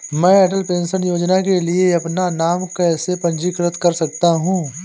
मैं अटल पेंशन योजना के लिए अपना नाम कैसे पंजीकृत कर सकता हूं?